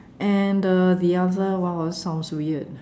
and uh the other one sounds weird